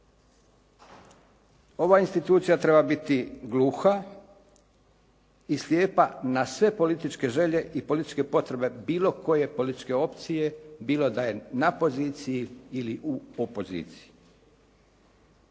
Ova institucija treba biti gluha i slijepa na sve političke želje i političke potrebe bilo koje političke opcije, bilo da je na poziciji ili u opoziciji.